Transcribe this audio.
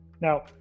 Now